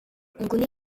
connait